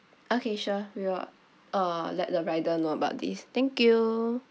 okay sure we will uh let the rider know about this thank you